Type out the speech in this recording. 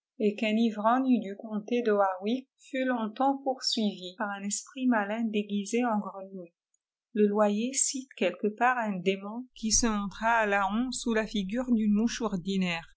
et qu'un ivrogne du comté de warwick fut longtemps poursuivi par un esprit matin déguisé en grenouille leloyer cite quelque part un démon qui se montra à laon sous la flre d'une mouche ordinaire